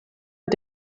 mit